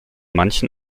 manchen